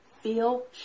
feel